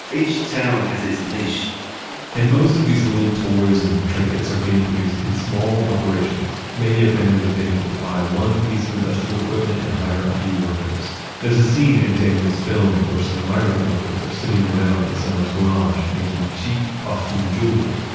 each town has its niche and most of these little toys and trinkets are being produced in small operations. maybe a family has been able to buy one piece of industrial equipment, and hire a few workers there's a scene in daniels film where some migrant workers are sitting around in someone's garage, making cheap costume jewelry,